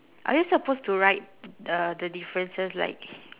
are you supposed to write uh the differences like